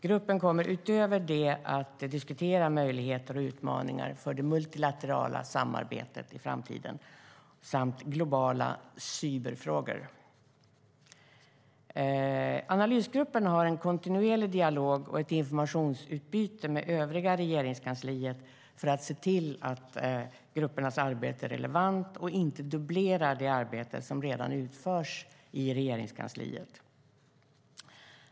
Gruppen kommer utöver det att diskutera möjligheter och utmaningar för det multilaterala samarbetet i framtiden samt globala cyberfrågor. Analysgrupperna har en kontinuerlig dialog och ett informationsutbyte med Regeringskansliet i övrigt för att se till att gruppernas arbete är relevant och inte dubblerar det arbete som redan utförs i Regeringskansliet.